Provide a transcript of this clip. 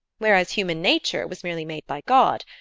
whereas human nature was merely made by god.